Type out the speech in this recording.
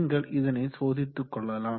நீங்கள் இதனை சோதித்து கொள்ளலாம்